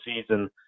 season